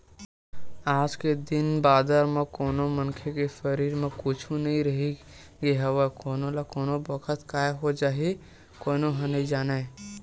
आज के दिन बादर म कोनो मनखे के सरीर म कुछु नइ रहिगे हवय कोन ल कोन बखत काय हो जाही कोनो ह नइ जानय